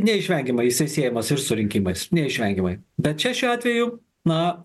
neišvengiamai siejamas ir surinkimas neišvengiamai bet čia šiuo atveju na